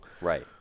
Right